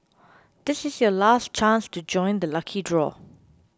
this is your last chance to join the lucky draw